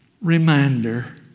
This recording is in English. reminder